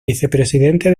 vicepresidente